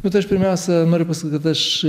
bet aš pirmiausia noriu pasakyt kad aš